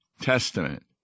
testament